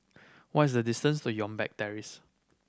what is the distance to Youngberg Terrace